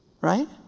right